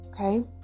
Okay